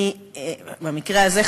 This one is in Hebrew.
במקרה הזה,